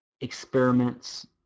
experiments